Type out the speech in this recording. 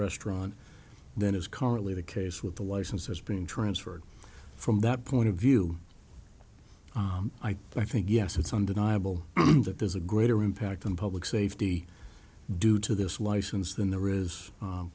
restaurant than is currently the case with the licenses being transferred from that point of view i think yes it's undeniable that there's a greater impact on public safety due to this license than there is